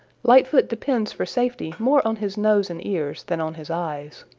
lightfoot depends for safety more on his nose and ears than on his eyes.